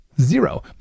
Zero